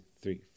three